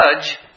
judge